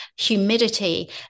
humidity